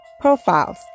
Profiles